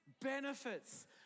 benefits